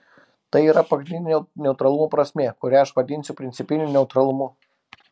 tai yra pagrindinė neutralumo prasmė kurią aš vadinsiu principiniu neutralumu